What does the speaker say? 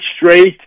straight